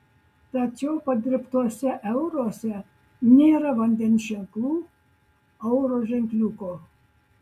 tačiau padirbtuose euruose nėra vandens ženklų euro ženkliuko